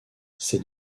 cette